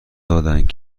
دادند